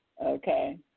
Okay